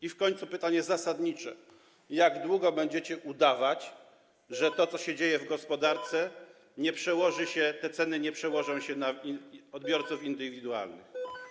I w końcu pytanie zasadnicze: Jak długo będziecie udawać, że to, co się dzieje w gospodarce, jeżeli chodzi o te ceny, nie przełoży się na odbiorców indywidualnych?